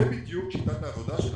זו בדיוק שיטת העבודה שלנו.